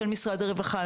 של משרד הרווחה,